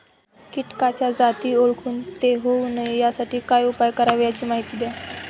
किटकाच्या जाती ओळखून ते होऊ नये यासाठी काय उपाय करावे याची माहिती द्या